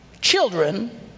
children